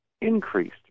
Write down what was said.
increased